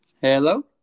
Hello